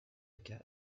cas